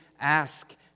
ask